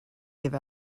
give